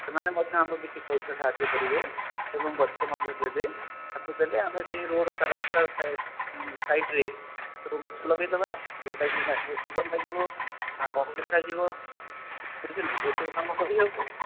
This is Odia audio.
ସେମାନେ ମଧ୍ୟ ଆମକୁ କିଛି ପଇସା ସାହାଯ୍ୟ କରିବେ ଏବଂ ଗଛ ମଧ୍ୟ ଦେବେ ତାକୁ ଦେଲେ ଆମେ ସେଇ ରୋଡ଼୍ ରାସ୍ତା ରାସ୍ତା ସାଇଡ଼୍ରେ ସବୁ ଗଛ ଲଗାଇଦେବା ଯେଉଁଟାକି ତାଙ୍କୁ ସୁନ୍ଦର ଲାଗିବ ଭଲ ଦେଖାଯିବ ବୁଝିଲେ ଏସବୁ କାମ କରିହେବ